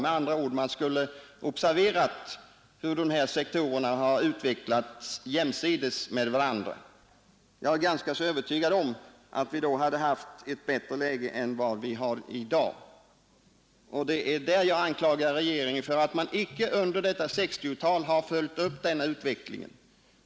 Man skulle med andra ord ha observerat hur dessa sektorer utvecklats jämsides med övertygad om att vi då hade haft ett bättre läge varandra. Jag är ganska än vi har i dag. Jag anklagar alltså regeringen för att man icke under 1960-talet följde upp denna utveckling.